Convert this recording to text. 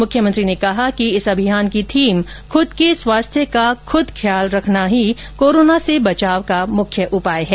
मुख्यमंत्री ने कहा कि इस अभियान की थीम खुद के स्वास्थ्य का खुद ख्याल रखना ही कोरोना से बचाव का मुख्य उपाय है